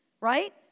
right